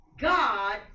God